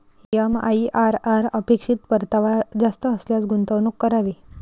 MIRR अपेक्षित परतावा जास्त असल्यास गुंतवणूक करावी